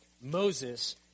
Moses